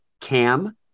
Cam